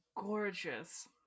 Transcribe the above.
gorgeous